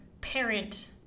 parent